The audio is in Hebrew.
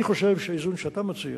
אני חושב שהאיזון שאתה מציע,